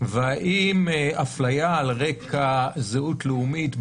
והאם אפליה על רקע זהות לאומית,